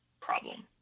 problem